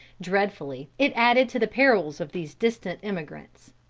dreadfully it added to the perils of these distant emigrants.